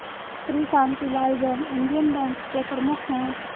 Shri Shantilal Jain Indian Bank के प्रमुख है